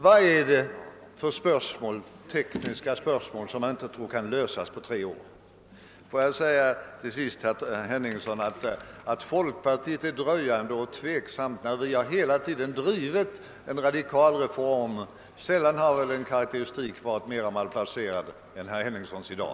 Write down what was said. Vilka är de tekniska spörsmål som man inte tror kan lösas på tre år? Med anledning av herr Henningssons uttalande att folkpartiet är dröjande och tveksamt vill jag till sist framhålla att vårt parti hela tiden arbetat för en radikal reform. Sällan har väl en karakteristik varit mera malplacerad än herr Henningssons i dag.